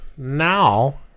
Now